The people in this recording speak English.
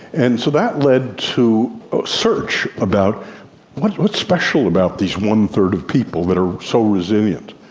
and so that led to a search about what's what's special about these one third of people that are so resilient?